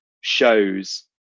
shows